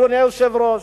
אדוני היושב-ראש,